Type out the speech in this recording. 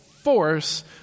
Force